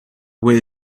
way